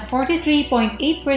43.8%